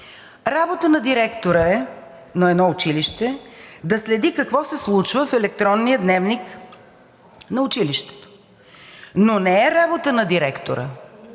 работа на директора на едно училище е да следи какво се случва в електронния дневник на училището. Но не е работа на директора